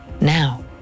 Now